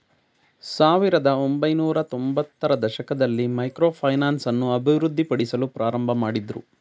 ಸಾವಿರದ ಒಂಬೈನೂರತ್ತೊಂಭತ್ತ ರ ದಶಕದಲ್ಲಿ ಮೈಕ್ರೋ ಫೈನಾನ್ಸ್ ಅನ್ನು ಅಭಿವೃದ್ಧಿಪಡಿಸಲು ಪ್ರಾರಂಭಮಾಡಿದ್ರು